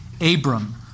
Abram